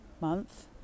month